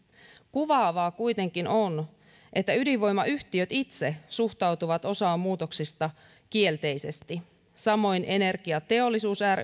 kuvaavaa kuitenkin on että ydinvoimayhtiöt itse suhtautuvat osaan muutoksista kielteisesti samoin energiateollisuus ry